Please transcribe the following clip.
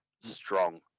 strong